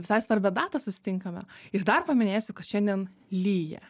visai svarbią datą susitinkame ir dar paminėsiu kad šiandien lyja